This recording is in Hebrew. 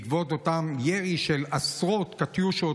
בעקבות אותו ירי של עשרות קטיושות,